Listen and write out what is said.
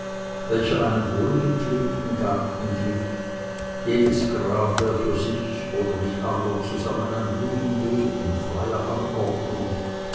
welcher einem wohlgepflegten garten glich jedes grab war für sich oder mit andern zusammen ein blumenbeet in freier anordnung